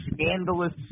scandalous